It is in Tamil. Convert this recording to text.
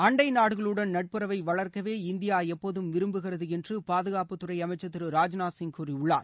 அண்டை நாடுகளுடன் நட்புறவை வளர்க்கவே இந்தியா எப்போதும் விரும்புகிறது என்று பாதுகாப்புத்துறை அமைச்சர் திரு ராஜ்நாத் சிங் கூறியுள்ளார்